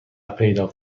پیدا